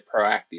proactive